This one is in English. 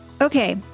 Okay